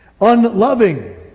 Unloving